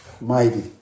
mighty